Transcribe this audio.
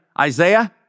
Isaiah